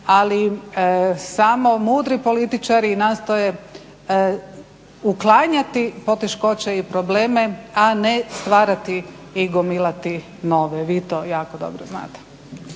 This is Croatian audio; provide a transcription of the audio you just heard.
Ali samo mudri političari nastoje uklanjati poteškoće i probleme a ne stvarati i gomilati nove. Vi to jako dobro znate.